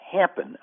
happen